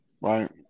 Right